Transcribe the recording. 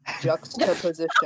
juxtaposition